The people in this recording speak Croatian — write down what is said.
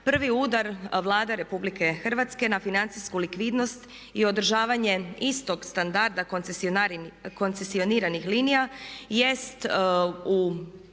Prvi udar Vlada Republike Hrvatske na financijsku likvidnost i održavanje istog standarda koncesioniranih linija jest